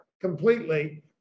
completely